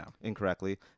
incorrectly